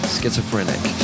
Schizophrenic